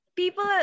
People